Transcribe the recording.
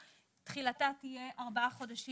תחילתה תהיה ארבעה חודשים מיום הפרסום.